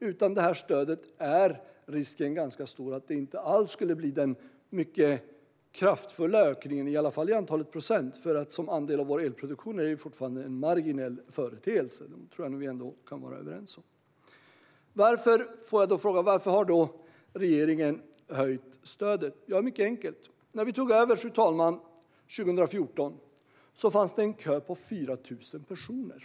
Utan stödet är risken stor att det inte alls skulle bli den mycket kraftfulla ökningen, i alla fall i antal procent. Som andel av vår elproduktion är det fortfarande en marginell företeelse. Det kan vi ändå vara överens om. Jag får frågan om varför regeringen har höjt stödet. Det är mycket enkelt. När regeringen tog över 2014 fanns en kö på 4 000 personer.